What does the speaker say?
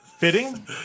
Fitting